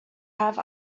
have